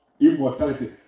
immortality